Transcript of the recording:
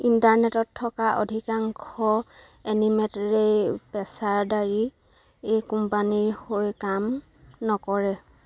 ইণ্টাৰনেটত থকা অধিকাংশ এনিমেটৰেই পেচাদাৰী কোম্পানীৰ হৈ কাম নকৰে